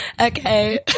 Okay